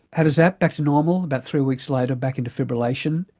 had a zap, back to normal, about three weeks later back into fibrillation,